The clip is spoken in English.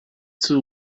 two